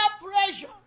pressure